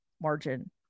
margin